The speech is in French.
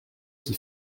qui